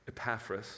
Epaphras